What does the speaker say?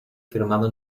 firmado